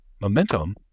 momentum